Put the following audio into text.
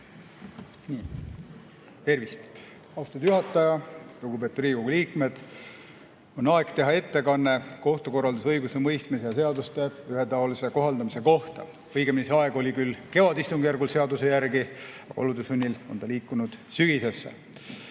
Tervist, austatud juhataja! Lugupeetud Riigikogu liikmed! On aeg teha ettekanne kohtukorralduse, õigusemõistmise ja seaduste ühetaolise kohaldamise kohta. Õigemini oli see aeg küll kevadistungjärgul seaduse järgi, [aga] olude sunnil on see liikunud sügisesse.